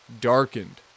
darkened